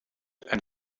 and